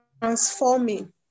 transforming